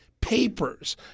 papers